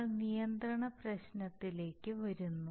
നമ്മൾ നിയന്ത്രണ പ്രശ്നത്തിലേക്ക് വരുന്നു